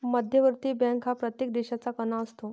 मध्यवर्ती बँक हा प्रत्येक देशाचा कणा असतो